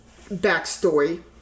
backstory